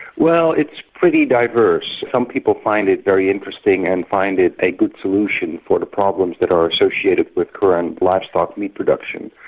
well, it's pretty diverse. some people find it very interesting and find it a good solution for the problems that are associated with current livestock meat production.